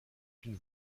une